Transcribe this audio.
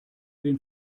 den